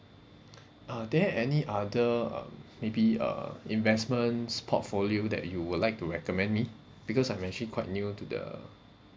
are there any other um maybe uh investments portfolio that you would like to recommend me because I'm actually quite new to the